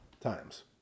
times